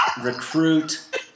recruit